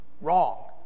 wrong